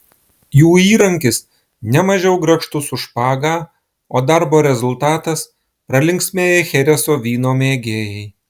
jų įrankis nemažiau grakštus už špagą o darbo rezultatas pralinksmėję chereso vyno mėgėjai